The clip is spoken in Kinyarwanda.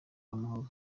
amahoro